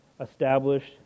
established